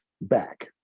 back